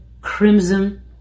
crimson